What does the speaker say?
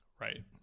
Right